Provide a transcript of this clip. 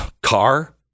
Car